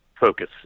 focus